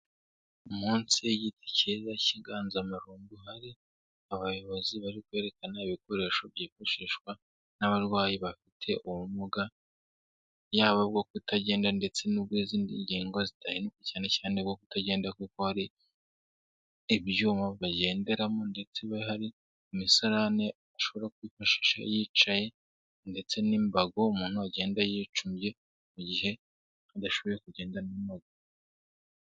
Munsi y'igiti kiza k'iganzamarumbu hari abayobozi bari kwerekana ibikoresho byifashishwa n'abarwayi bafite ubumuga yaba bwo kutagenda ndetse n'ubw'izindi ngingo cyane cyane bwo kutagenda kuko hari ibyuma bagenderamo ndetse hari imisarane ashobora kwifashisha yicaye ndetse n'imbago umuntu agenda yicumbye mu gihe adashoboye kugenda n'amaguru.